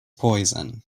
poison